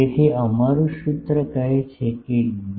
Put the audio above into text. તેથી અમારું સૂત્ર કહે છે ડી